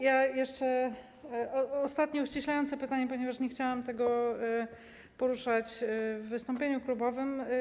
Jeszcze zadam ostatnie, uściślające pytanie, ponieważ nie chciałam tego poruszać w wystąpieniu klubowym.